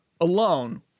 alone